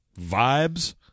vibes